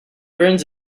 burns